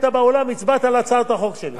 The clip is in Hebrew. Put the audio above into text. ואני לא יודע אם היית מצביע לי בפריימריס.